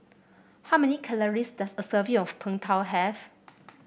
how many calories does a serving of Png Tao have